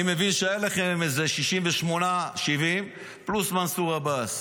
אני מבין שהיו לכם איזה 68, 70 פלוס מנסור עבאס.